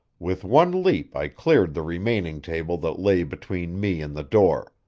with one leap i cleared the remaining table that lay between me and the door.